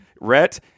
Rhett